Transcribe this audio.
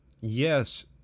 Yes